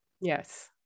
Yes